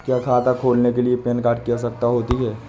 क्या खाता खोलने के लिए पैन कार्ड की आवश्यकता होती है?